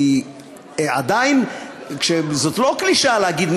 היא עדיין זאת לא קלישאה להגיד,